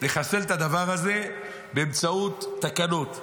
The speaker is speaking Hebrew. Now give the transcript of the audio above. נחסל את הדבר הזה באמצעות תקנות.